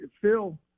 Phil